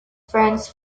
friends